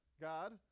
god